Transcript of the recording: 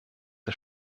der